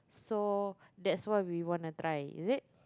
so that's why we wanna try is it